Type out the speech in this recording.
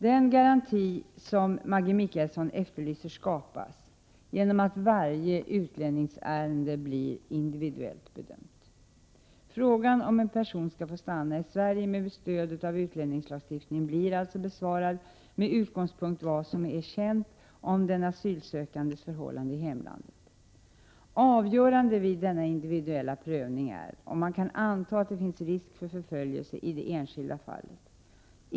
Den garanti som Maggi Mikaelsson efterlyser skapas genom att varje utlänningsärende blir individuellt bedömt. Frågan om huruvida en person skall få stanna i Sverige med stöd av utlänningslagstiftningen blir alltså besvarad med utgångspunkt i vad som är känt om den asylsökandes förhållanden i hemlandet. Avgörande vid denna individuella prövning är om man kan anta att det finns risk för förföljelse i det enskilda fallet.